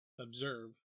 observe